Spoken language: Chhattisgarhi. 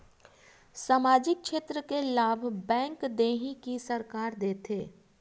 सामाजिक क्षेत्र के लाभ बैंक देही कि सरकार देथे?